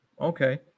okay